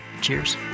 Cheers